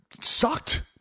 sucked